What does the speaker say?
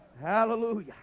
Hallelujah